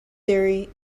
theory